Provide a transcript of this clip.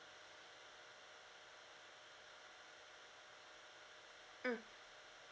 mm